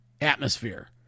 atmosphere